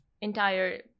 entire